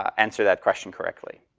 answer that question correctly.